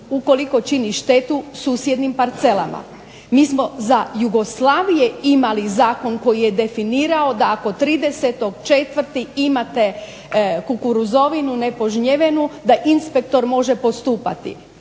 ukoliko čini štetu susjednim parcelama. Mi smo za Jugoslavije imali zakon koji je definirao da ako 30.04. imate kukuruzovinu nepožnjevenu da inspektor može postupati.